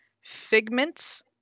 figments